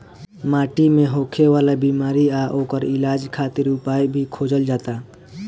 माटी मे होखे वाला बिमारी आ ओकर इलाज खातिर उपाय भी खोजल जाता